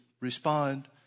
respond